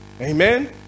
Amen